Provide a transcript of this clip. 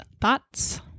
Thoughts